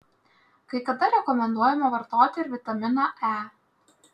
kai kada rekomenduojama vartoti ir vitaminą e